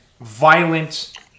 violent